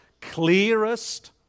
clearest